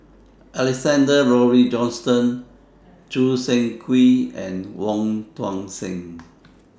Alexander Laurie Johnston Choo Seng Quee and Wong Tuang Seng